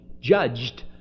judged